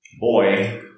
boy